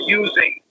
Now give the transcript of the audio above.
using